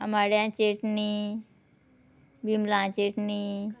आमाड्यां चेटणी बिमलां चेटणी